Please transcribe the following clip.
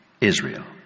Israel